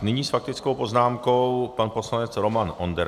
Nyní s faktickou poznámkou pan poslanec Roman Onderka.